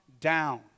down